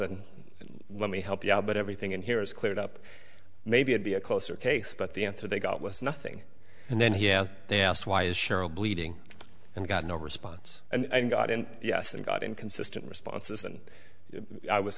and let me help you out but everything in here is cleared up maybe i'd be a closer case but the answer they got was nothing and then he asked why is cheryl bleeding and got no response and got in yes and got inconsistent responses and i was